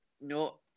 no